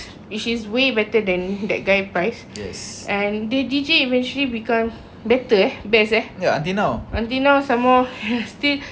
which is way better than that guy price and the D_J eventually become better eh best eh until now some more still